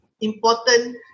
important